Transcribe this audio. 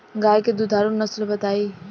गाय के दुधारू नसल बताई?